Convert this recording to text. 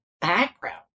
background